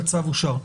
הצו אושר.